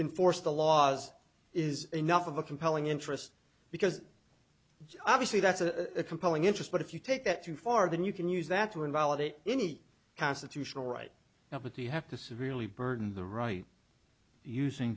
enforce the laws is enough of a compelling interest because obviously that's a compelling interest but if you take it too far then you can use that to invalidate any constitutional right now but you have to severely burden the right using